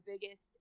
biggest